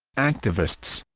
activists